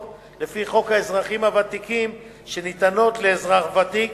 לפי חוק האזרחים הוותיקים שניתנות לאזרח ותיק